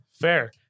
Fair